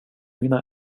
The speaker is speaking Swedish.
mina